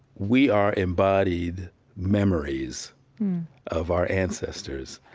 we are embodied memories of our ancestors.